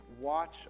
watch